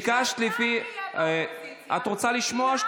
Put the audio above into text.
את רוצה להתווכח איתי?